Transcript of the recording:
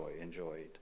enjoyed